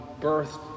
birth